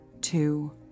two